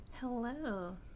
Hello